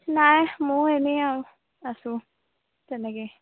নাই ময়ো এনেই আৰু আছো তেনেকেই